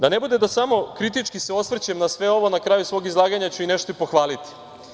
Da ne bude da samo kritički se osvrćem na sve ovo, na kraju svog izlaganja ću nešto i pohvaliti.